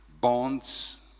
bonds